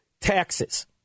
taxes